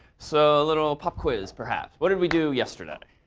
so a little pop quiz perhaps. what did we do yesterday?